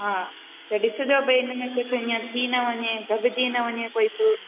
हा त ॾिसजो भई हिनमें कुझु ईअं थी न वञे दबजी न वञे कोई फ्रूट